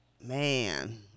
man